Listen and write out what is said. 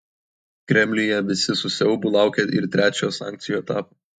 kremliuje visi su siaubu laukia ir trečiojo sankcijų etapo